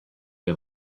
you